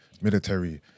Military